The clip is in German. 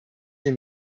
den